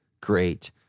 great